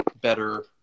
better